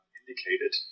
indicated